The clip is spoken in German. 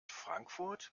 frankfurt